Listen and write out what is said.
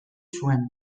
zuen